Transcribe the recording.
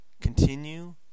continue